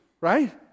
right